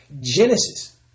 Genesis